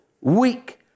weak